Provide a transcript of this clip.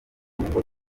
amatungo